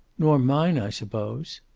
nor mine, i suppose!